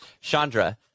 Chandra